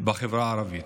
בחברה הערבית.